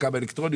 ברור לך, אלכס,